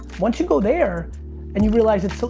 once you go there and you realize it's, so